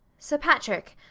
sir patrick.